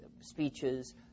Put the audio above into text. speeches